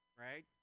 right